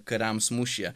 kariams mūšyje